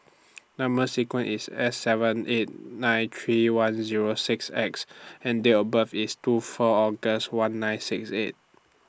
Number sequence IS S seven eight nine three one Zero six X and Date of birth IS two four August one nine six eight